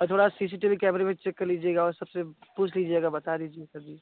और थोड़ा C C T V कैमरे में चेक कर लीजिएगा और सब से पूछ लीजिएगा बता दीजिएगा सर जी